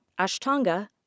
Ashtanga